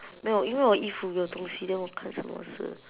no 因为我衣服有东西 then 我看什么事